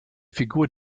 figur